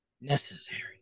necessary